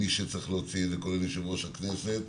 למי שצריך להוציא, קודם ליושב-ראש הכנסת.